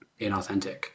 inauthentic